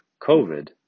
COVID